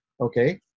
Okay